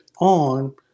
on